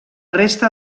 resta